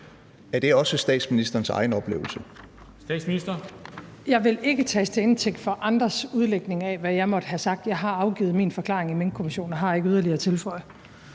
Er det også statsministerens egen oplevelse?